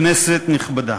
כנסת נכבדה,